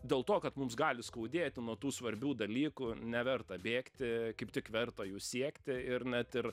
dėl to kad mums gali skaudėti nuo tų svarbių dalykų neverta bėgti kaip tik verta jų siekti ir net ir